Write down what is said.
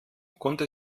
konnte